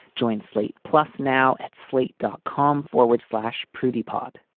join slate plus now at slate dot com forward slash prudy pod